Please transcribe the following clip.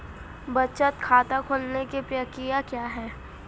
बचत खाता खोलने की प्रक्रिया क्या है?